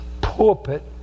pulpit